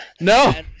No